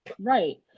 right